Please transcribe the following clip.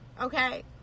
Okay